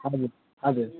हजुर हजुर